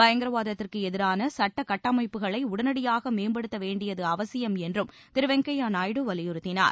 பயங்கரவாதத்திற்கு எதிரான சுட்ட கட்டமைப்புகளை உடனடியாக மேம்படுத்த வேண்டியது அவசியம் என்றும் திரு வெங்கையா நாயுடு வலியுறுத்தினார்